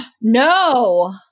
No